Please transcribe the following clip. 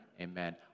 Amen